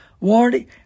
warranty